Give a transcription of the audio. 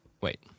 Wait